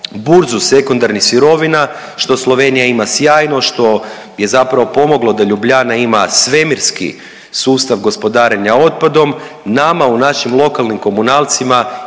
burzu sekundarnih sirovina što Slovenija ima sjajno, što je zapravo pomoglo da Ljubljana ima svemirski sustav gospodarenja otpadnom, nama u našim lokalnim komunalcima